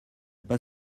pas